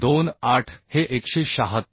28 हे 176